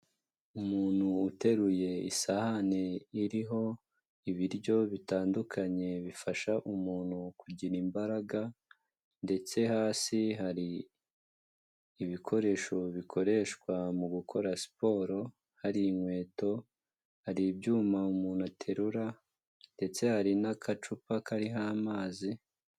Umuntu uteruye isahani iriho ibiryo bitandukanye bifasha umuntu kugira imbaraga, ndetse hasi hari ibikoresho bikoreshwa mu gukora siporo, hari inkweto hari ibyuma umuntu aterura ndetse hari n'akacupa kariho amazi.